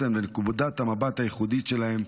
החוסן ונקודות המבט הייחודיות שלהם.